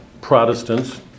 Protestants